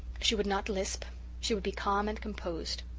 she would not lisp she would be calm and composed.